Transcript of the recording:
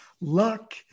luck